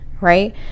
right